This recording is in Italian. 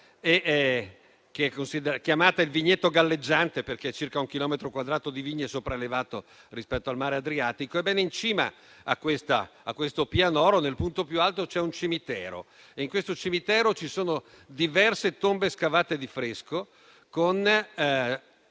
chiamata il vigneto galleggiante, perché è circa un chilometro quadrato di vigne sopraelevato rispetto al mare Adriatico. Ebbene, in cima a questo pianoro, nel punto più alto, c'è un cimitero, dove ci sono diverse tombe scavate di fresco, con